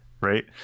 Right